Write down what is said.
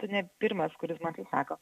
tu ne pirmas kuris man tai sako